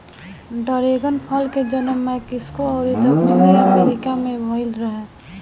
dragon फल के जनम मेक्सिको अउरी दक्षिणी अमेरिका में भईल रहे